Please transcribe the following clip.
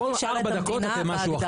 כל ארבע דקות אתם משהו אחר.